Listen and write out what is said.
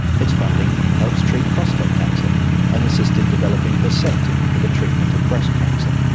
its funding helps treat prostate cancer and assisted developing herceptin for the treatment of breast cancer.